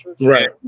Right